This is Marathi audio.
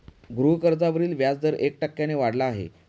गृहकर्जावरील व्याजदर एक टक्क्याने वाढला आहे